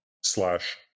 slash